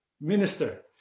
minister